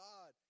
God